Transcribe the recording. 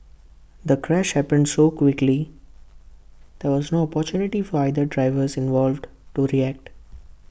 the crash happened so quickly there was no opportunity for either drivers involved to react